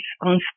on